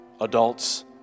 adults